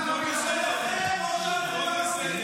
לא אתם.